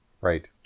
Right